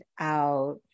out